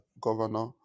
governor